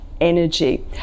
Energy